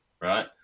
right